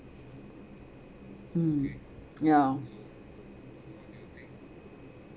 mm yeah